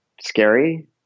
scary